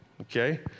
okay